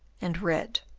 and read.